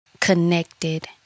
connected